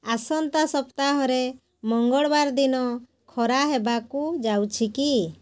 ଆସନ୍ତା ସପ୍ତାହରେ ମଙ୍ଗଳବାର ଦିନ ଖରା ହେବାକୁ ଯାଉଛି କି